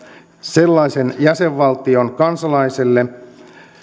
sellaisen jäsenvaltion kansalaisille